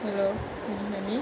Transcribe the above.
hello can you hear me